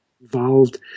involved